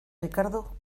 ricardo